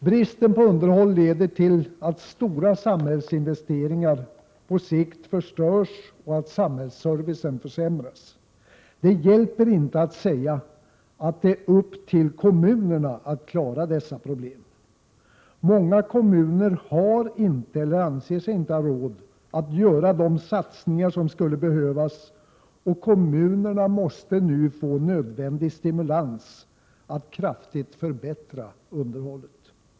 Bristen på underhåll leder till att stora samhällsinvesteringar på sikt förstörs och att samhällsservicen försämras. Det hjälper inte att säga att det är upp till kommunerna att klara dessa problem. Många kommuner har inte eller anser sig inte ha råd att göra de satsningar som skulle behövas. Kommunerna måste nu få nödvändig stimulans att kraftigt förbättra underhållet.